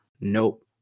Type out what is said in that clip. Nope